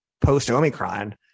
post-Omicron